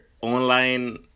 online